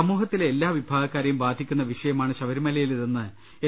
സമൂഹത്തിലെ എല്ലാ വിഭാഗക്കാരെയും ബാധിക്കുന്ന വിഷയ മാണ് ശബരിമലയിലേതെന്ന് എൻ